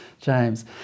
James